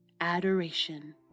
adoration